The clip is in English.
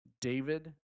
David